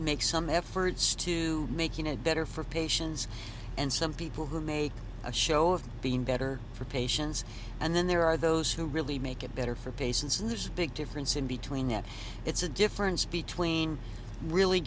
make some efforts to making it better for patients and some people who make a show of being better for patients and then there are those who really make it better for patients and there's a big difference in between that it's a difference between really